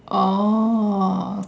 oh